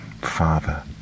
father